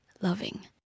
loving